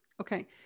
okay